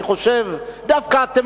אני חושב שדווקא אתם,